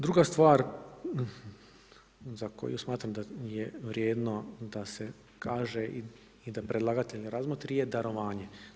Druga stvar za koju smatram da nije vrijedno da se kaže i da predlagatelj razmotri je darovanje.